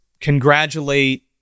congratulate